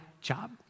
job